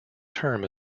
term